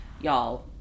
y'all